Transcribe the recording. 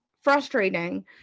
frustrating